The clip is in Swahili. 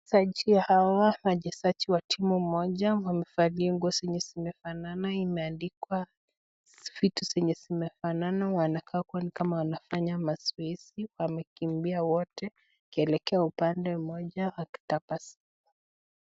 Wachezaji hawa wachezaji wa timu moja wamevalia nguo zenye zimefanana imeandikwa vitu zenye zimefanana wanakaa kuwa wanafanya mazoezi, wanakimbia wote wakielekea upande mmoja wakitabasamu.